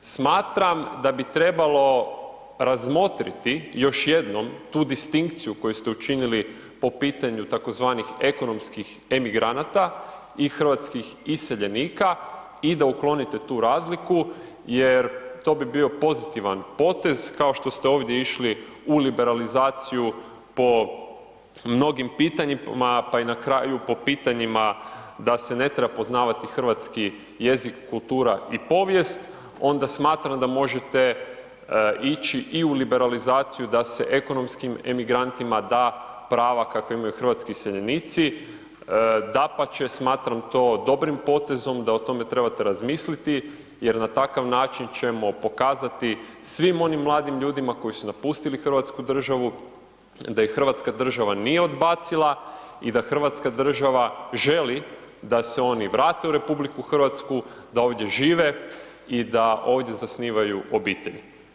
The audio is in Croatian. Smatram da bi trebalo razmotriti još jednom tu distinkciju koju ste učinili po pitanju tzv. ekonomskih emigranata i hrvatskih iseljenika i da uklonite tu razliku jer to bi bio pozitivan potez, kao što ste ovdje išli u liberalizaciju po mnogim pitanjima, pa i na kraju po pitanjima da se ne treba poznavati hrvatski jezik, kultura i povijest, onda smatram da možete ići i u liberalizaciju da se ekonomskim emigrantima da prava kakva imaju hrvatski iseljenici, dapače smatram to dobrim potezom da o tome trebate razmisliti jer na takav način ćemo pokazati svim onim mladim ljudima koji su napustili hrvatsku državu da ih hrvatska država nije odbacila i da hrvatska država želi da se oni vrate u RH, da ovdje žive i da ovdje zasnivaju obitelji.